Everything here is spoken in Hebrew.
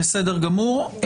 בסדר גמור.